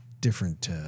different